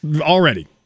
already